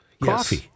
coffee